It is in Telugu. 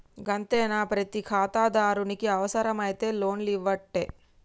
గంతేనా, ప్రతి ఖాతాదారునికి అవుసరమైతే లోన్లియ్యవట్టే